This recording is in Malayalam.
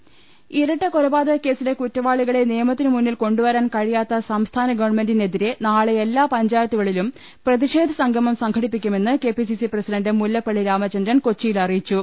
് ഇരട്ടകൊലപാതക കേസിലെ കുറ്റവാളികളെ നിയമത്തിന് മുന്നിൽ കൊണ്ടുവരാൻ കഴിയാത്ത സംസ്ഥാന ഗവൺമെന്റി നെതിരെ നാളെ എല്ലാ പഞ്ചായത്തുകളിലും പ്രതിഷേധ സംഗമം സംഘടിപ്പിക്കുമെന്ന് K P C C president Mullappally Ramachandran കൊച്ചിയിൽ അറിയിച്ചു